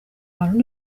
bantu